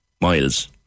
miles